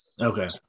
Okay